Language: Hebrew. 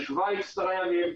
בשווייץ עשרה ימים,